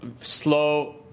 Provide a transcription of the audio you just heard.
slow